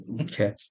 Okay